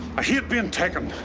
i hate been taken,